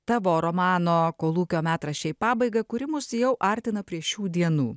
tavo romano kolūkio metraščiai pabaigą kuri mus jau artina prie šių dienų